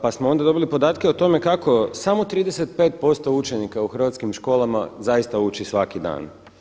Pa smo onda dobili podatke o tome kako samo 35% učenika u hrvatskim školama zaista uči svaki dan.